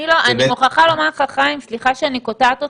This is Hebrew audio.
אני מוכרחה לומר לך, חיים, סליחה שאני קוטעת אותך,